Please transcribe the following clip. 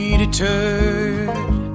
deterred